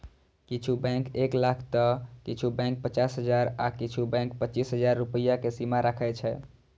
किछु बैंक एक लाख तं किछु बैंक पचास हजार आ किछु बैंक पच्चीस हजार रुपैया के सीमा राखै छै